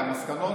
אני מתכוון,